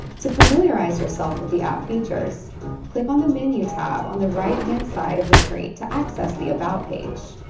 to familiarize yourself with the app features click on the menu tab on the right hand side of the screen to access the about page